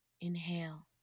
Inhale